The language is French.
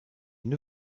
une